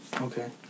Okay